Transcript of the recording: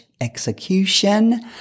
execution